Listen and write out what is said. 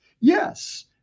Yes